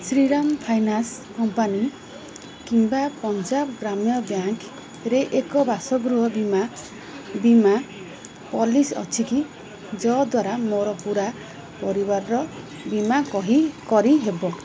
Shriram finance company କିମ୍ବା Punjab Gramin bank ରେ ଏକ ବାସଗୃହ ବୀମା ବୀମା ପଲିସି ଅଛି କି ଯଦ୍ଵାରା ମୋର ପୂରା ପରିବାରର ବୀମା କହି କରିହେବ